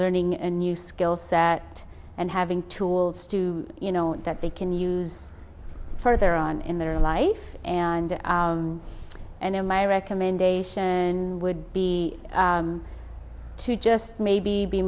learning a new skill set and having tools to you know that they can use further on in their life and and in my recommendation would be to just maybe be